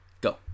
Go